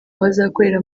bazakorera